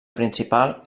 principal